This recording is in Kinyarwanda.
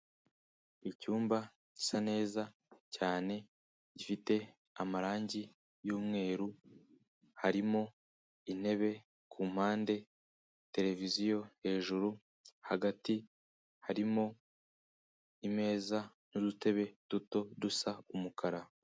Icyumba gisa neza cyane gifite amarange y'umweru, harimo intebe ku mpande, televiziyo hejuru, hagati harimo imeza n'udutebe duto dusa umukara.